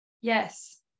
Yes